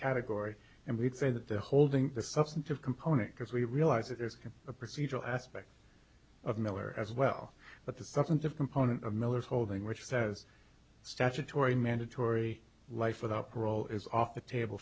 category and we'd say that they're holding the substantive component because we realize that there's a procedural aspect of miller as well but the something different potent of miller's holding which says statutory mandatory life without parole is off the table